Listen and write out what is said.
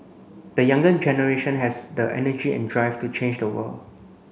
the younger generation has the energy and drive to change the world